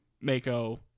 Mako